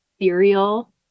cereal